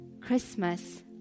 Christmas